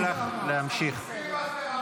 תודה, תודה חברת הכנסת, תודה רבה.